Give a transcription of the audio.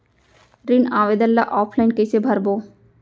ऋण आवेदन ल ऑफलाइन कइसे भरबो?